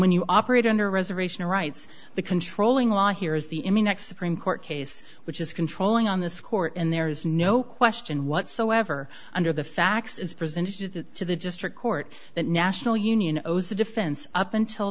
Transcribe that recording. when you operate under reservation rights the controlling law here is the in the next supreme court case which is controlling on this court and there is no question whatsoever under the facts as presented to the just a court that national union owes the defense up until